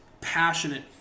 passionate